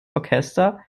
orchester